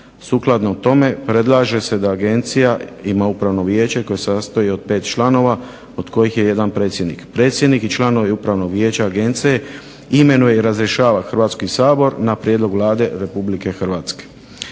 Sukladno tome predlaže se da Agencija ima upravno vijeće koje se sastoji od 5 članova od kojih je jedan predsjednik. Predsjednik i članovi Upravnog vijeća agencije imenuje i razrješava Hrvatski sabor na prijedlog Vlade Republike Hrvatske.